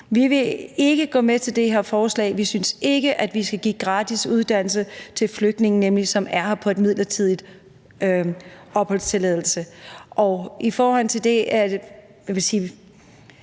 Vi vil ikke gå med til det her forslag. Vi synes ikke, at vi skal give gratis uddannelse til flygtninge, som er her på en midlertidig opholdstilladelse. De her grunde, som Enhedslisten,